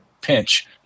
pinch